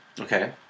Okay